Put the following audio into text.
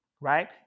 Right